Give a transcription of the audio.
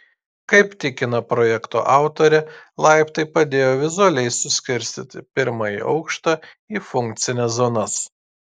kaip tikina projekto autorė laiptai padėjo vizualiai suskirstyti pirmąjį aukštą į funkcines zonas